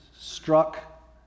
struck